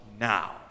Now